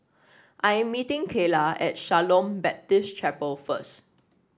I am meeting Keyla at Shalom Baptist Chapel first